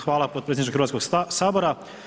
Hvala potpredsjedniče Hrvatskoga sabora.